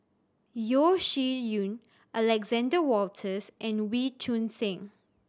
Yeo Shih Yun Alexander Wolters and Wee Choon Seng